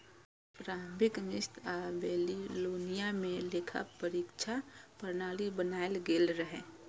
प्रारंभिक मिस्र आ बेबीलोनिया मे लेखा परीक्षा प्रणाली बनाएल गेल रहै